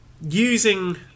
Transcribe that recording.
using